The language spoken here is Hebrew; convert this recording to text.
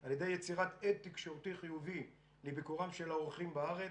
על ידי יצירת הד תקשורתי חיובי מביקורם של האורחים בארץ,